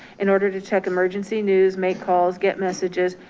in order to check emergency news, make calls, get messages.